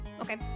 Okay